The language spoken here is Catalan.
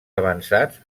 avançats